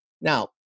Now